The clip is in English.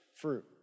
fruit